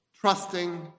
trusting